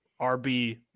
RB